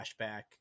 flashback